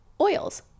oils